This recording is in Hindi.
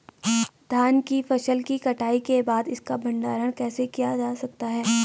धान की फसल की कटाई के बाद इसका भंडारण कैसे किया जा सकता है?